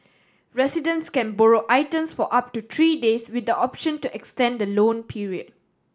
residents can borrow items for up to three days with the option to extend the loan period